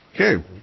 Okay